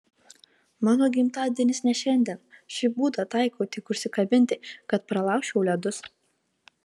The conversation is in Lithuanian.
mano gimtadienis ne šiandien šį būdą taikau tik užsikabinti kad pralaužčiau ledus